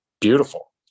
beautiful